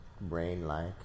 brain-like